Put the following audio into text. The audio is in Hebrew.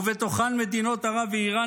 ובתוכן מדינות ערב ואיראן,